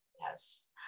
Yes